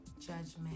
judgment